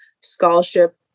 Scholarship